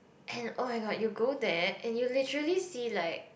and oh-my-god you go there and you literally see like